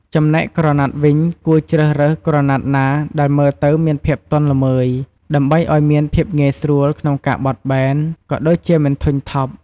ចំណែកក្រណាត់វិញគួរជ្រើសរើសក្រណាត់ណាដែលមើលទៅមានភាពទន់ល្មើយ ដើម្បីឲ្យមានភាពងាយស្រួលក្នុងការបត់បែន ក៏ដូចជាមិនធុញថប់។